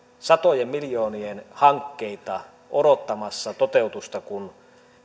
satojen miljoonien hankkeita odottamassa toteutusta kun